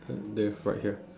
then have right here